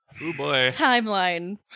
timeline